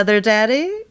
Daddy